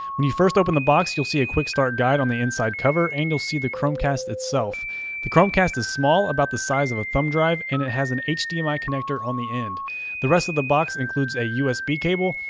when you first open the box you'll see a quick start guide on the inside cover and you'll see the chromecast itself the chromecast is small about the size of a thumb drive and it has an hdmi ah connector on the end the rest of the box includes includes a usb cable,